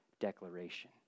declaration